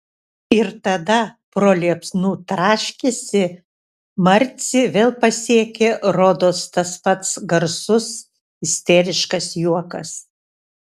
ir tada pro liepsnų traškesį marcį vėl pasiekė rodos tas pats garsus isteriškas juokas